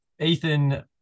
Ethan